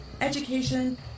education